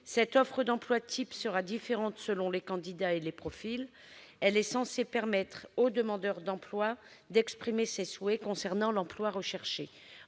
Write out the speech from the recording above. raisonnable d'emploi type sera différente selon les candidats et les profils. Sa détermination est censée permettre au demandeur d'emploi d'exprimer ses souhaits concernant l'emploi recherché.